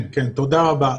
כן, תודה רבה.